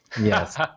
Yes